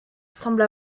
semble